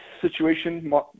situation